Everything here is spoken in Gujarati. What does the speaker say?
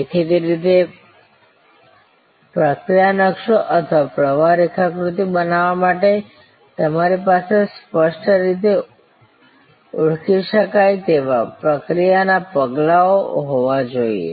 દેખીતી રીતે પ્રક્રિયા નકશો અથવા પ્રવાહ રેખાકૃતિ બનાવવા માટે તમારી પાસે સ્પષ્ટ રીતે ઓળખી શકાય તેવા પ્રક્રિયાના પગલાં હોવા જોઈએ